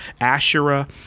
Asherah